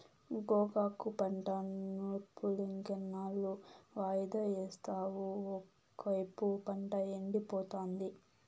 గోగాకు పంట నూర్పులింకెన్నాళ్ళు వాయిదా యేస్తావు ఒకైపు పంట ఎండిపోతాంది